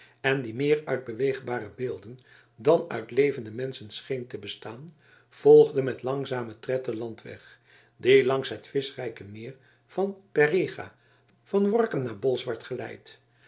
en die meer uit beweegbare beelden dan uit levende menschen scheen te bestaan volgde met langzamen tred den landweg die langs het vischrijke meer van parrega van workum naar bolsward geleidt